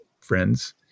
friends